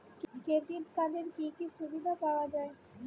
Credit কার্ডের কি কি সুবিধা পাওয়া যায়?